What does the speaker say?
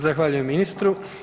Zahvaljujem ministru.